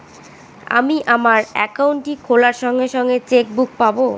আমি আমার একাউন্টটি খোলার সঙ্গে সঙ্গে চেক বুক পাবো?